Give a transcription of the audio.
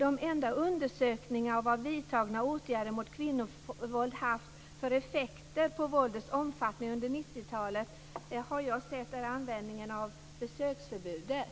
De enda undersökningar av vad vidtagna åtgärder mot kvinnovåld har haft för effekter på våldets omfattning under 90-talet har jag sett är användningen av besöksförbudet.